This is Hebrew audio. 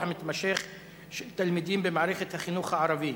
המתמשך של תלמידים במערכת החינוך הערבית,